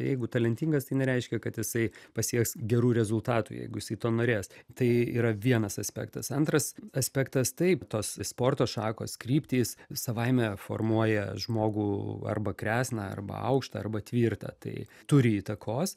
jeigu talentingas tai nereiškia kad jisai pasieks gerų rezultatų jeigu jisai to norės tai yra vienas aspektas antras aspektas taip tos sporto šakos kryptys savaime formuoja žmogų arba kresną arba aukštą arba tvirtą tai turi įtakos